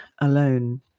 alone